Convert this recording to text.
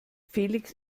felix